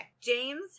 James